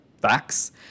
Facts